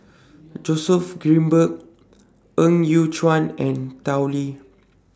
Joseph Grimberg Ng Yat Chuan and Tao Li